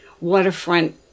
waterfront